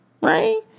Right